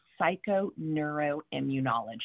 psychoneuroimmunology